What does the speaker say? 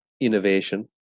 innovation